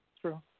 True